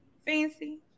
Fancy